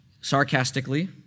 sarcastically